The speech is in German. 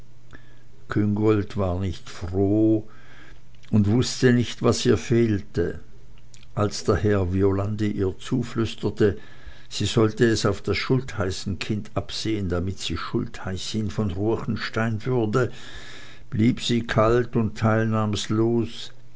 küngolt war nicht froh und wußte nicht was ihr fehlte als daher violande ihr zuflüsterte sie sollte es auf das schultheißenkind absehen damit sie schultheißin von ruechenstein würde blieb sie kalt und teilnahmlos